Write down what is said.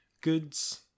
goods